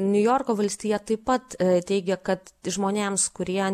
niujorko valstija taip pat teigė kad žmonėms kurie